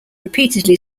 repeatedly